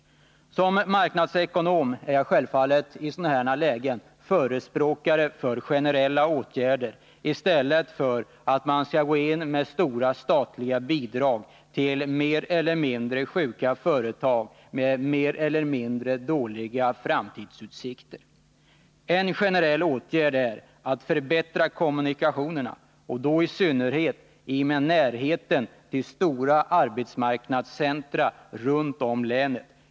Som marknadsekonom är jag självfallet i sådana lägen förespråkare för generella åtgärder i stället för stora statliga bidrag till sjuka företag med mer eller mindre dåliga framtidsutsikter. En generell åtgärd är att förbättra kommunikationerna, i synnerhet i närheten av stora arbetsmarknadscentra runt om i länet.